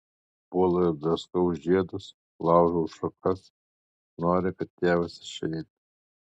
puolu ir draskau žiedus laužau šakas noriu kad tėvas išeitų